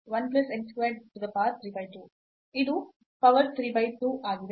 ಮಾರ್ಗದಲ್ಲಿ ಇದು power 3 by 2 ಆಗಿದೆ